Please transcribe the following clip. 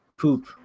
poop